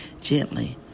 gently